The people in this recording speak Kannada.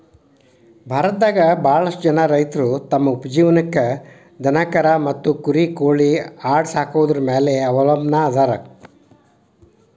ಭಾರತದಾಗ ಬಾಳಷ್ಟು ಜನ ರೈತರು ತಮ್ಮ ಉಪಜೇವನಕ್ಕ ದನಕರಾ ಮತ್ತ ಕುರಿ ಕೋಳಿ ಆಡ ಸಾಕೊದ್ರ ಮ್ಯಾಲೆ ಅವಲಂಬನಾ ಅದಾರ